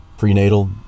prenatal